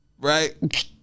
right